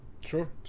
Sure